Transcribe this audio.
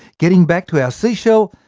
getting back to our seashell,